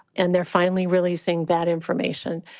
and they're finally releasing that information.